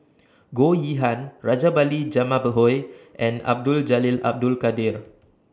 Goh Yihan Rajabali Jumabhoy and Abdul Jalil Abdul Kadir